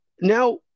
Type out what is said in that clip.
now